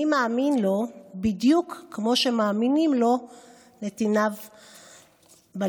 אני מאמין לו בדיוק כמו שמאמינים לו נתיניו בליכוד.